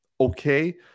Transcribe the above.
okay